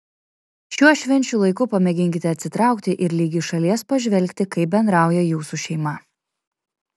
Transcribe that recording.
šiuo švenčių laiku pamėginkite atsitraukti ir lyg iš šalies pažvelgti kaip bendrauja jūsų šeima